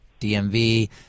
DMV